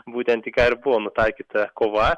būtent į ką ir buvo nutaikyta kova